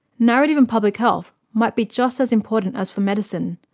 narrative in public health might be just as important as for medicine,